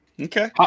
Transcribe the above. Okay